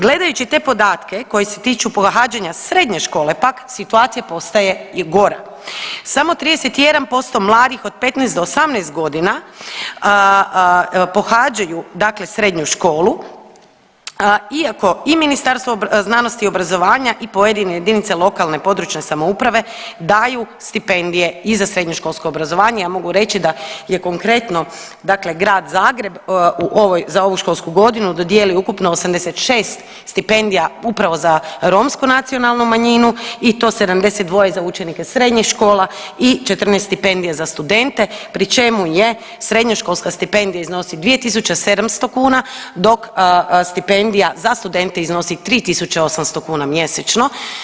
Gledajući te podatke koji se tiču pohađanja srednje škole pak situacija postaje gora, samo 31% mladih od 15 do 18 godina pohađaju srednju školu, iako i Ministarstvo znanosti i obrazovanja i pojedine jedinice lokalne i područne samouprave daju stipendije i za srednjoškolsko obrazovanje, a mogu reći da je konkretno Grad Zagreb za ovu školsku godinu dodijelio ukupno 86 stipendija upravo za romsku nacionalnu manjinu i to 72 za učenike srednjih škola i 14 stipendija za studente pri čemu je srednjoškolska stipendija iznosi 2.700 kuna, dok stipendija za studente iznosi 3.800 kuna mjesečno.